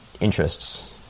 interests